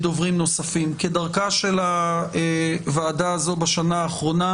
כדרכה של הוועדה הזאת בשנה האחרונה,